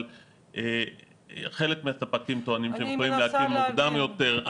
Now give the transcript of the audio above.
אבל חלק מהספקים טוענים שהם יכולים להקים מוקדם יותר.